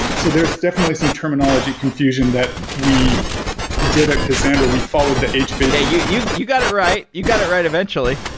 so, there's definitely some terminology confusion that we did at cassandra. we followed the hbase yeah. you you got it right. you got it right eventually.